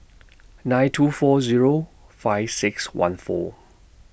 nine two four Zero five six one four